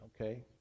okay